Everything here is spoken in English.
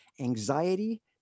Anxiety